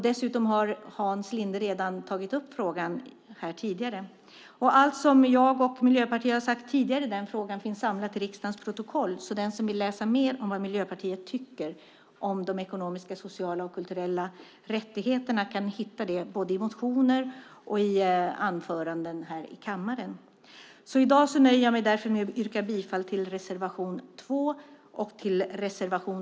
Dessutom har Hans Linde redan tagit upp frågan här tidigare. Och allt som jag och Miljöpartiet har sagt tidigare i den frågan finns samlat i riksdagens protokoll, så den som vill läsa mer om vad Miljöpartiet tycker om de ekonomiska, sociala och kulturella rättigheterna kan hitta det både i motioner och i anföranden här i kammaren. I dag nöjer jag mig därför med att yrka bifall till reservationerna 2 och 14.